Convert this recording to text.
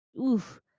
oof